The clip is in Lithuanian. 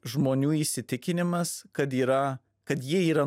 žmonių įsitikinimas kad yra kad jie yra